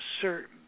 certain